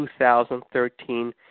2013